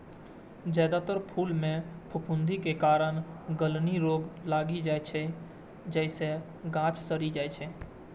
जादेतर फूल मे फफूंदी के कारण गलनी रोग लागि जाइ छै, जइसे गाछ सड़ि जाइ छै